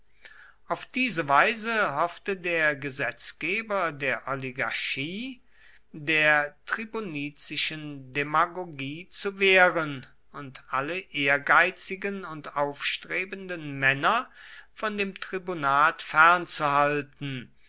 auf diese weise hoffte der gesetzgeber der oligarchie der tribunizischen demagogie zu wehren und alle ehrgeizigen und aufstrebenden männer von dem tribunat fernzuhalten